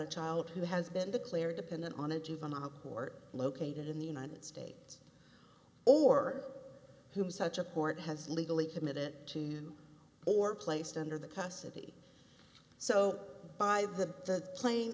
a child who has been declared dependent on a juvenile court located in the united states or whom such a court has legally committed to or placed under the custody so by the pla